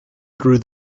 through